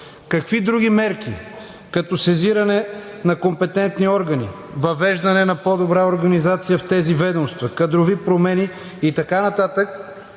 какви други мерки, като сезиране на компетентни органи, въвеждане на по-добра организация в тези ведомства, кадрови промени и така нататък